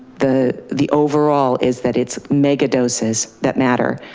the the overall is that it's mega doses that matter.